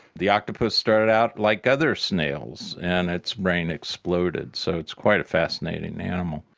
the octopus started out like other snails, and its brain exploded. so it's quite a fascinating animal.